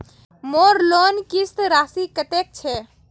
मोर लोन किस्त राशि कतेक छे?